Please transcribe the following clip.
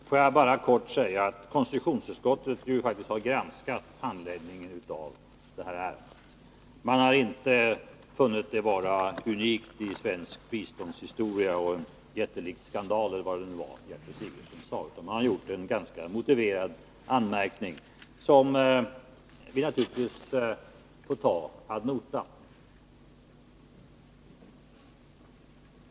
Herr talman! Får jag bara kort säga att konstitutionsutskottet faktiskt har granskat handläggningen av det här ärendet. Man har inte funnit det vara unikt i svensk biståndshistoria, eller en jättelik skandal eller vad det nu var Gertrud Sigurdsen sade. Man har gjort en ganska motiverad anmärkning, som vi naturligtvis får ta ad notam.